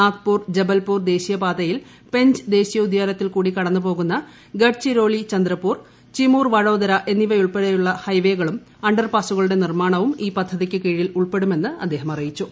നാഗ്പൂർ ജബൽപൂർ ദേശീയപാതയിൽ പെഞ്ച് ദേശീയോദ്യാനത്തിൽ കൂടി കടന്നുപോകുന്ന ഗാഡ്ചിരോലി ചന്ദ്രപൂർ ചിമുർ വഡോദര എന്നിവയുൾപ്പെടെയുള്ള ഹൈവേകളിലും അണ്ടർപാസുകളുടെ നിർമാണവും ഈ പദ്ധതിക്ക് കീഴിൽ ഉൾപ്പെടുമെന്ന് അദ്ദേഹം അറിയിച്ചു